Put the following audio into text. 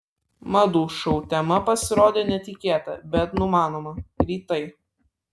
madų šou tema pasirodė netikėta bet numanoma rytai